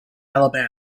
alabama